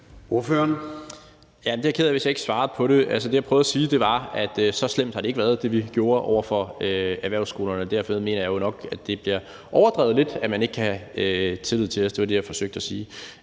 Jarlov (KF): Jeg er ked af, hvis jeg ikke svarede på det. Det, jeg prøvede at sige, var, at så slemt har det, vi gjorde over for erhvervsskolerne, ikke været. Derfor mener jeg jo nok, at det bliver overdrevet lidt, at man ikke kan have tillid til os. Det var det, jeg forsøgte at sige.